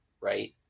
right